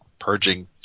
purging